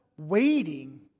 waiting